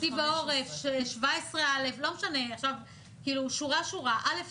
תקציב העורף, 17א, לא משנה עכשיו, שורה שורה, א'.